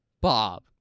Bob